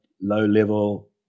low-level